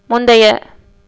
முந்தைய